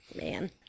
man